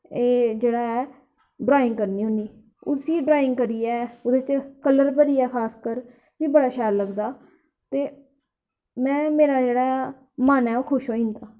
एह् जेह्ड़ा ऐ ड्राइंग करनी होन्नी उस्सी ड्राइंग करियै ओह्दे च कल्लर भरियै खासकर गिगी बड़ा शैल लगदा ते में मेरा जेह्ड़ा मन ऐ खुश होई जंदा